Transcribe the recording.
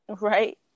Right